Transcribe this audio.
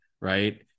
Right